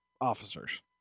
officers